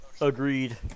Agreed